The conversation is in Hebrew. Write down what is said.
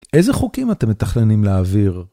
איזה חוקים אתם מתכננים להעביר?